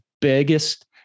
biggest